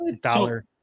dollar